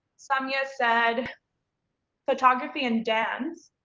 samyak said photography and dance.